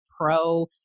pro-